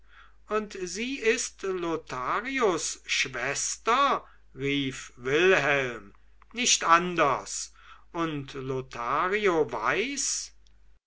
und sie ist lotharios schwester rief wilhelm nicht anders und lothario weiß